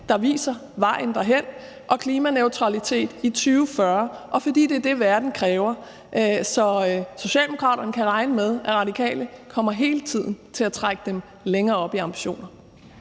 der viser vejen derhen – og være klimaneutrale i 2040, fordi det er det, verden kræver. Så Socialdemokraterne kan regne med, at Radikale hele tiden kommer til at trække dem længere op, hvad angår